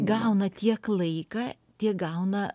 gauna tiek laiką tiek gauna